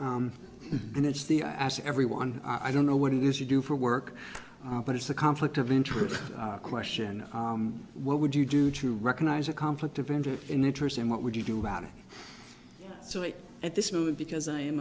but and it's the i asked everyone i don't know what it is you do for work but it's a conflict of interest question what would you do to recognize a conflict of interest in interest and what would you do about it so at this moment because i